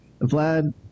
vlad